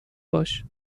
باش